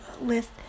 list